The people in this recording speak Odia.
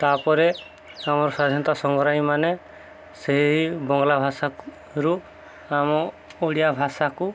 ତା'ପରେ ଆମର ସ୍ୱାଧୀନତା ସଂଗ୍ରାମୀମାନେ ସେହି ବଙ୍ଗଳା ଭାଷାରୁ ଆମ ଓଡ଼ିଆ ଭାଷାକୁ